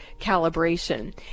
calibration